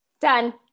Done